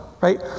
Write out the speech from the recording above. Right